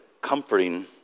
comforting